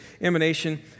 emanation